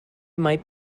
might